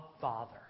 Father